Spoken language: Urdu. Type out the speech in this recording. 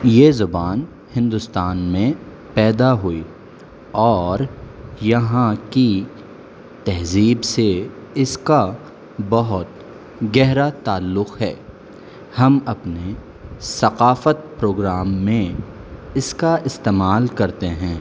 یہ زبان ہندوستان میں پیدا ہوئی اور یہاں کی تہذیب سے اس کا بہت گہرا تعلق ہے ہم اپنے ثقافت پروگرام میں اس کا استعمال کرتے ہیں